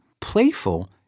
playful